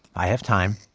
i have time.